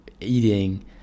eating